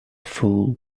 fool